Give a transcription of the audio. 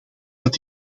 dat